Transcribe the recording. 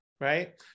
right